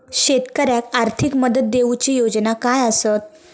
शेतकऱ्याक आर्थिक मदत देऊची योजना काय आसत?